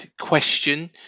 question